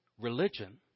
religion